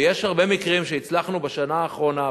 ויש הרבה מקרים שהצלחנו בשנה האחרונה,